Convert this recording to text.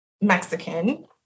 Mexican